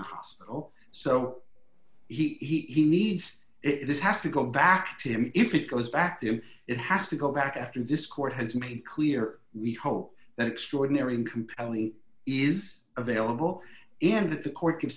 the hospital so he needs it this has to go back to him if it goes back to him it has to go back after this court has made clear we hope that extraordinary and compelling is available in that the court give